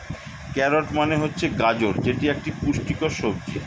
carrot মানে হচ্ছে গাজর যেটি একটি পুষ্টিকর সবজি